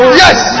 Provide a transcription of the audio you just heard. yes